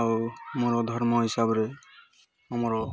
ଆଉ ମୋର ଧର୍ମ ହିସାବରେ ଆମର